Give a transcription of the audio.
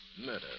Murder